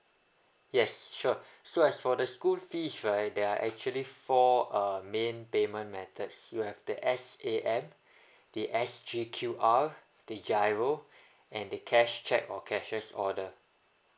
yes sure so as for the school fees right there're actually four uh main payment methods you have the S_A_M the sg Q_R the G_I_R_O and the cash cheque or cashier's order